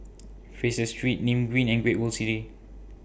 Fraser Street Nim Green and Great World City